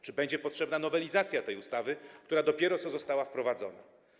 Czy będzie potrzebna nowelizacja tej ustawy, która dopiero co została wprowadzona?